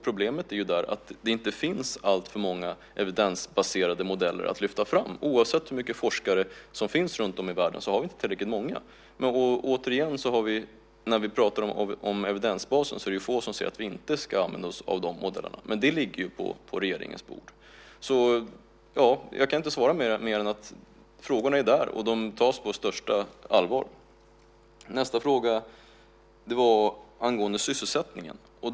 Problemet där är att det inte finns alltför många evidensbaserade modeller att lyfta fram. Oavsett hur många forskare det finns runtom i världen har vi inte tillräckligt många. Men när vi pratar om evidensbasen är det få som säger att vi inte ska använda oss av de modellerna. Det ligger på regeringens bord. Jag kan inte svara mer än att frågorna är där och tas på största allvar. Nästa fråga gällde sysselsättningen.